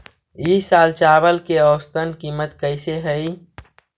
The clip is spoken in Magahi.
ई साल चावल के औसतन कीमत कैसे हई?